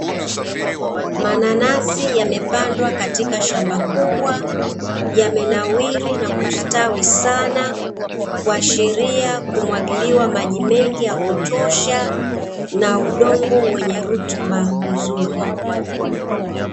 Mananasi yamepandwa katika shamba kubwa, yamenawiri na kustawi sana kuashiria kumwagiliwa maji mengi ya kutosha na udongo wenye rutuba nzuri.